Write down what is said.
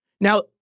Now